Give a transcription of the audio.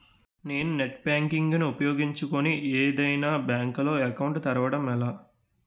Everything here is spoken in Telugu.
నేను నెట్ బ్యాంకింగ్ ను ఉపయోగించుకుని ఏదైనా బ్యాంక్ లో అకౌంట్ తెరవడం ఎలా?